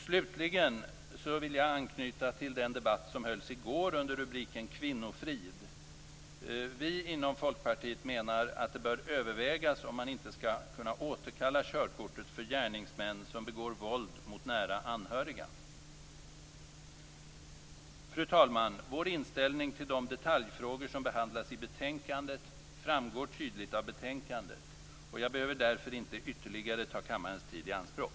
Slutligen vill jag anknyta till den debatt som hölls i går under rubriken Kvinnofrid. Vi inom Folkpartiet menar att det bör övervägas om man inte skall kunna återkalla körkortet för gärningsmän som begår våld mot nära anhöriga. Fru talman! Vår inställning till de detaljfrågor som behandlas i betänkandet framgår tydligt av betänkandet. Jag behöver därför inte ytterligare ta kammarens tid i anspråk.